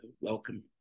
welcome